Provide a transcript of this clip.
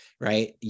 right